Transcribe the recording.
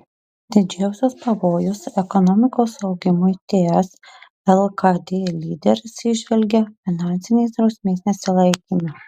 didžiausius pavojus ekonomikos augimui ts lkd lyderis įžvelgia finansinės drausmės nesilaikyme